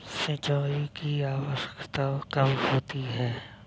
सिंचाई की आवश्यकता कब होती है?